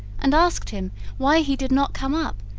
and asked him why he did not come up,